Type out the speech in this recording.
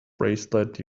bracelet